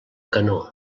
canó